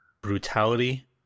brutality